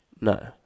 No